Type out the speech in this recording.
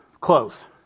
Close